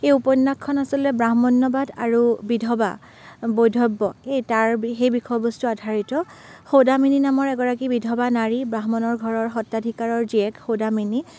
এই উপন্যাখন আচলতে ব্ৰাহ্মণ্যবাদ আৰু বিধৱা বৈধব্য এই তাৰ বি সেই বিষয়বস্তু আধাৰিত সৌদামিনী নামৰ এগৰাকী বিধৱা নাৰী ব্ৰাহ্মণৰ ঘৰৰ সত্ৰাধিকাৰৰ জীয়েক সৌদামিনী